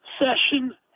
session